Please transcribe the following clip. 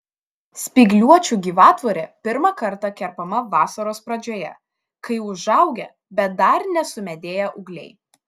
spygliuočių gyvatvorė pirmą kartą kerpama vasaros pradžioje kai užaugę bet dar nesumedėję ūgliai